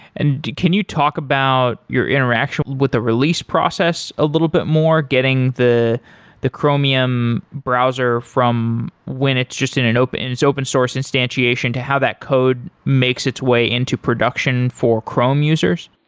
and can you talk about your interaction with the release process a little bit more, getting the the chromium browser from when it's just in and its open source instantiation to how that code makes its way into production for chrome users?